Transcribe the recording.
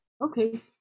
okay